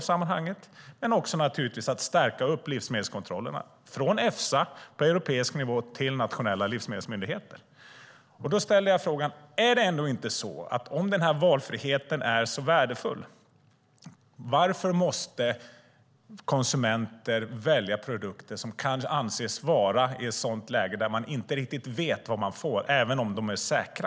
Vi måste förstås stärka livsmedelskontrollerna, från Efsa på europeisk nivå till nationella livsmedelsmyndigheter. Om valfriheten är så värdefull, varför måste konsumenter välja produkter där man inte riktigt vet vad man får, även om de är säkra?